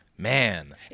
Man